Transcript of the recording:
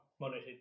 monitored